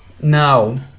no